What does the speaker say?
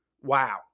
Wow